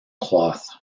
cloth